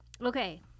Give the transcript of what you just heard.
Okay